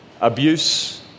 abuse